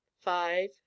five